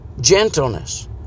gentleness